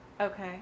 Okay